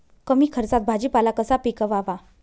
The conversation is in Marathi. कमी खर्चात भाजीपाला कसा पिकवावा?